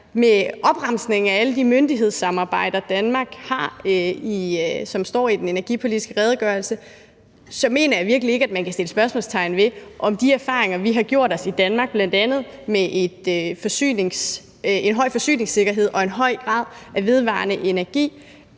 Med opremsning af alle de myndighedssamarbejder, Danmark har, som står i den energipolitiske redegørelse, mener jeg virkelig ikke, at man kan sætte spørgsmålstegn ved de erfaringer, vi har gjort os i Danmark, bl.a. med en høj forsyningssikkerhed og en høj grad af vedvarende energi